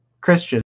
Christian